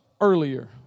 earlier